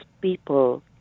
people